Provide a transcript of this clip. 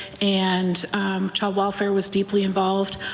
and child welfare was deeply involved.